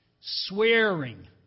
swearing